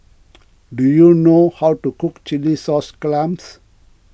do you know how to cook Chilli Sauce Clams